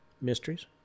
mysteries